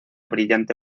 brillante